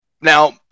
now